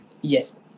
Yes